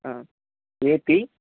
ap